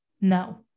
No